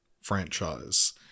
franchise